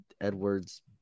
Edwards